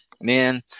man